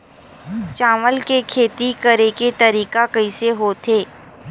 चावल के खेती करेके तरीका कइसे होथे?